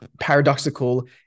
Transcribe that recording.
Paradoxical